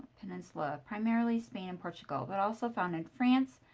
and and so ah primarily spain and portugal, but also found in france,